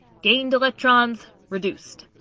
gained electrons reduced.